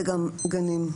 זה גנים,